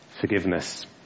forgiveness